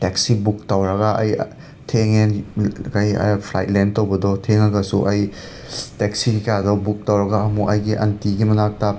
taxi book ꯇꯧꯔꯒ ꯑꯩ ꯊꯦꯡꯉꯦ ꯀꯩ ꯐ꯭ꯂꯥꯏꯠ ꯂꯦꯟ ꯇꯧꯕꯗꯣ ꯊꯦꯡꯉꯒꯁꯨ ꯑꯩ ꯇꯦꯛꯁꯤꯀꯥꯗꯣ ꯕꯨꯛ ꯇꯧꯔꯒ ꯑꯃꯨꯛ ꯑꯩꯒꯤ ꯑꯟꯇꯤꯒꯤ ꯃꯅꯥꯛꯇ